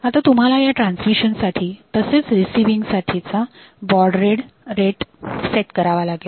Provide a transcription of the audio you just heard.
आता तुम्हाला ह्या ट्रान्समिशन साठी तसेच रिसिविंग साठीचा बॉड रेट सेट करावा लागेल